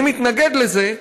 אני מתנגד לזה,